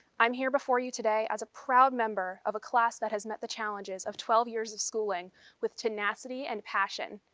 i'm here before you today as a proud member of a class that has met the challenges of twelve years of schooling with tenacity and passion.